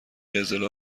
قزل